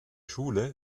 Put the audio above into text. schule